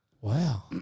Wow